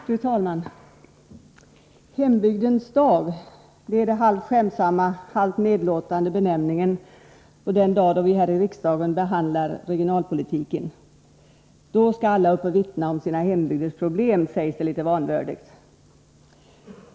Fru talman! ”Hembygdens dag” — det är den halvt skämtsamma, halvt nedlåtande benämningen på den dag då vi här i riksdagen behandlar regionalpolitiken. Då skall alla upp och vittna om sina hembygders problem, sägs det litet vanvördigt.